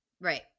Right